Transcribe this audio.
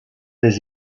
des